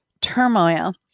turmoil